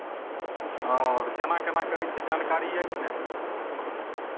आओर केना केना करै छियै जानकारी यए कि नहि